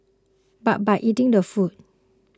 but by eating the food